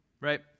right